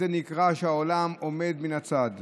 זה נקרא שהעולם עומד מן הצד.